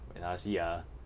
ya see ah